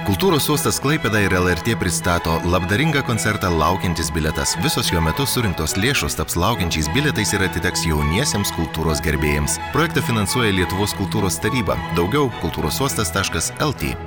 kultūros uostas klaipėda ir lrt pristato labdaringą koncertą laukiantis bilietas visos šiuo metu surinktos lėšos taps laukiančiais bilietais ir atiteks jauniesiems kultūros gerbėjams projektą finansuoja lietuvos kultūros taryba daugiau kultūros uostas taškas lt